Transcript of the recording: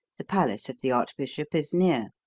the palace of the archbishop is near.